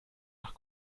nach